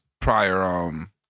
prior